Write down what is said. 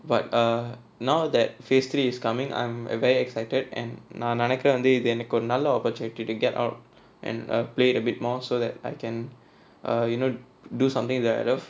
but err now that phase three is coming I'm very excited and நா நினைக்கிறேன் வந்து இது எனக்கு ஒரு நல்ல:naa ninaikkiraen vanthu ithu enakku oru nalla opportunity to get out and err played a bit more so that I can err you know do something that I love